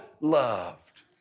loved